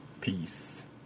Peace